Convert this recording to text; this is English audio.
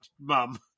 mum